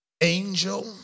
Angel